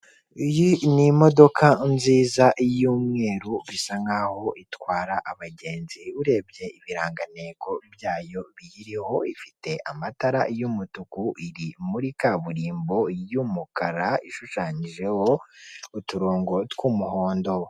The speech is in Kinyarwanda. Iyi ni imodoka nziza y'umweru bisa nkaho itwara abagenzi, urebye ibirangantego byayo biyiriho, ifite amatara y'umutuku iri muri kaburimbo y'umukara, ishushanyijeho uturongo tw'umuhondo.